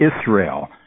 Israel